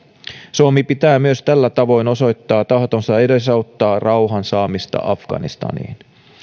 suomen pitää myös tällä tavoin osoittaa tahtonsa edesauttaa rauhan saamista afganistaniin